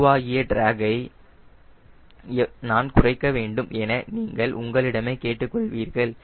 உருவாகிய டிராகை நான் குறைக்க வேண்டும் என நீங்கள் உங்களிடமே கேட்டுக் கொள்வீர்கள்